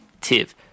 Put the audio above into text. Tiv